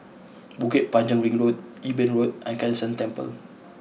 Bukit Panjang Ring Road Eben Road and Kai San Temple